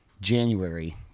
January